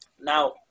Now